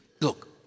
look